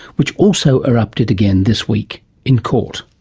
which also erupted again this week in court.